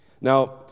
Now